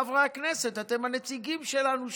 חברי הכנסת: אתם הנציגים שלנו,